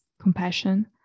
compassion